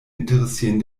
interessieren